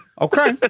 Okay